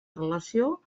relació